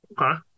Okay